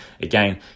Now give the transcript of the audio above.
Again